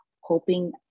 hoping